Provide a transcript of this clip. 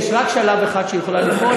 יש רק שלב אחד שבו היא יכולה ליפול,